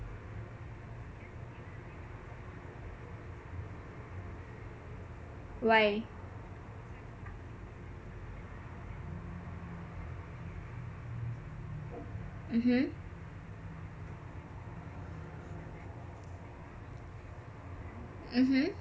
why mmhmm mmhmm